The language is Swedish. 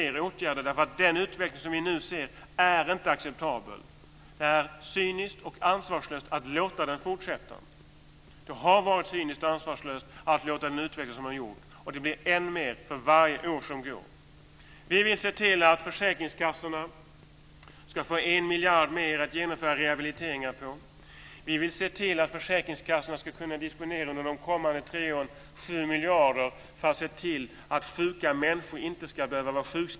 Det är cyniskt och ansvarslöst att låta den fortsätta. Det har varit cyniskt och ansvarslöst att låta den utvecklas som den har gjort. Det blir än värre för varje år som går.